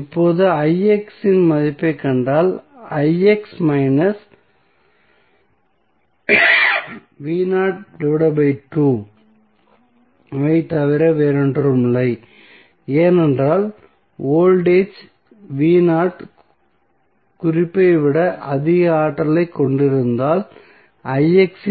இப்போது இன் மதிப்பைக் கண்டால் ஐத் தவிர வேறில்லை ஏனென்றால் வோல்டேஜ் குறிப்பை விட அதிக ஆற்றலைக் கொண்டிருந்தால்